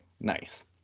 nice